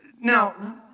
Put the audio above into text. Now